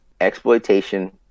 exploitation